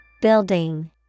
Building